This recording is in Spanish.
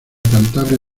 cantabria